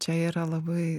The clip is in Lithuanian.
čia yra labai